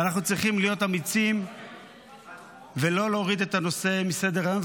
ואנחנו צריכים להיות אמיצים ולא להוריד את הנושא מסדר-היום,